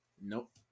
Nope